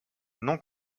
non